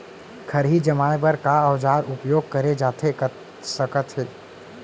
खरही जमाए बर का औजार उपयोग करे जाथे सकत हे?